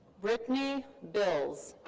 brittany bills.